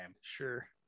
Sure